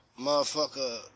motherfucker